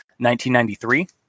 1993